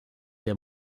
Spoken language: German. der